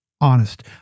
honest